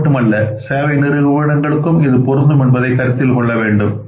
இதுமட்டுமல்லாமல் சேவை நிறுவனங்களுக்கும் இது பொருந்தும் என்பதை கருத்தில் கொள்ள வேண்டும்